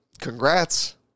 congrats